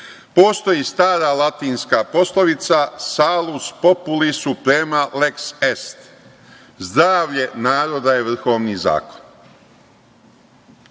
Postoji stara latinska poslovica – Salus populi suprema lex est – Zdravlje naroda je vrhovni zakon.